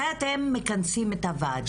מתי אתם מכנסים את הוועדה?